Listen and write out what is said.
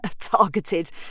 targeted